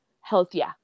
healthier